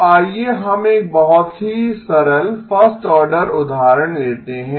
तो आइए हम एक बहुत ही सरल फर्स्ट आर्डर उदाहरण लेते हैं